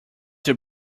your